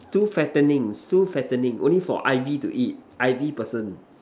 too fattening too fattening only for I_V to eat I_V person